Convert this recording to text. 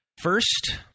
first